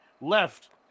left